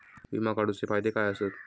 विमा काढूचे फायदे काय आसत?